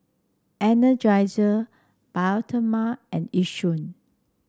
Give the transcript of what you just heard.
Energizer Bioderma and Yishion